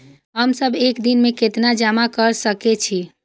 हम सब एक दिन में केतना जमा कर सके छी?